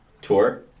tour